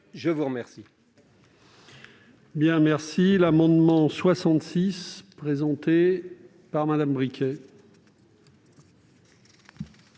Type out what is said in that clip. je vous remercie,